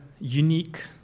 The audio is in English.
unique